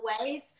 ways